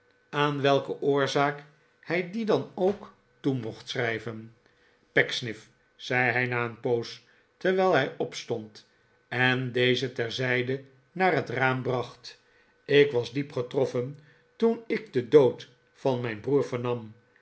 aan welke oorzaak hij die dan ook toe mocht schrijven pecksniff zei hij na een poos terwijl hij opstond en dezen terzijde naar het raam bracht ik was diep getroffen toen ik den dood van mijn broer